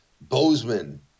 Bozeman